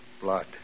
Blood